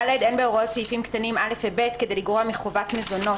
"(ד)אין בהוראות סעיפים קטנים (א) ו-(ב) כדי לגרוע מחובת מזונות